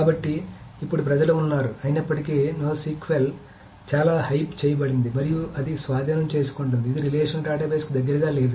కాబట్టి ఇప్పుడు ప్రజలు ఉన్నారు అయినప్పటికీ NoSQL చాలా హైప్ చేయబడింది మరియు అది స్వాధీనం చేసుకుంటోంది ఇది రిలేషనల్ డేటాబేస్లకు దగ్గరగా లేదు